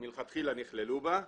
מלכתחילה נכללו בה.